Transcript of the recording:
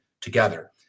together